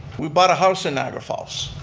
we bought a house in niagara falls.